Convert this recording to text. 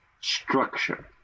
structure